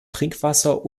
trinkwasser